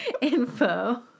info